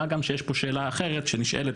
מה גם שיש פה שאלה אחרת שנשאלת,